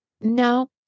no